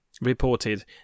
reported